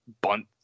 bunt